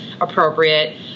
appropriate